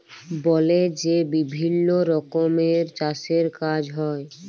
বলে যে বিভিল্ল্য রকমের চাষের কাজ হ্যয়